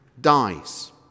dies